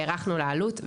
הערכנו לה עלות,